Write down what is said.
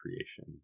creation